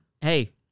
hey